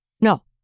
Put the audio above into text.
No